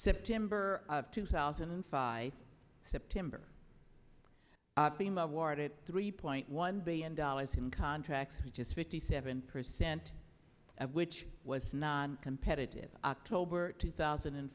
september of two thousand and five september beem awarded three point one billion dollars in contracts which is fifty seven percent of which was noncompetitive october two thousand and